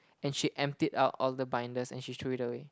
and she emptied out all the binders and she threw it away